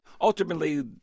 Ultimately